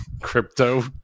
crypto